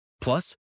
Plus